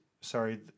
sorry